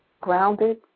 grounded